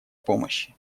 помощи